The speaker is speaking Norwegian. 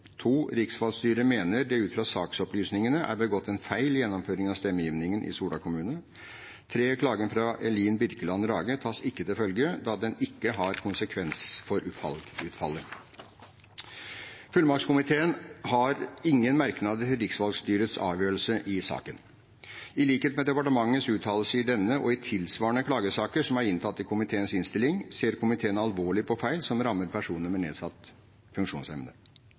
mener det ut fra saksopplysningene er begått en feil i gjennomføringen av stemmegivningen i Sola kommune. 3. Klage fra Elin Birkeland Rage tas ikke til følge, da den ikke har konsekvens for valgutfallet.» Fullmaktskomiteen har ingen merknader til riksvalgstyrets avgjørelse i saken. I likhet med departementets uttalelse i denne og i tilsvarende klagesaker som er inntatt i komiteens innstilling, ser komiteen alvorlig på feil som rammer personer med nedsatt